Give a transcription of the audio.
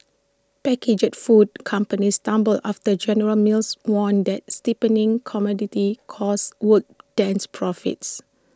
packaged food companies stumbled after general mills warned that steepening commodity costs would dents profits